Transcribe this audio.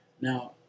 Now